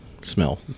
smell